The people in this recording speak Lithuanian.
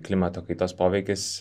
klimato kaitos poveikis